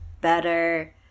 better